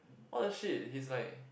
!what the shit! he's like